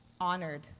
honored